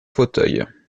fauteuil